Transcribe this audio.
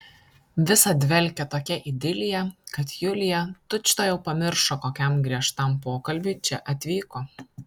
visa dvelkė tokia idilija kad julija tučtuojau pamiršo kokiam griežtam pokalbiui čia atvyko